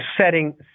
setting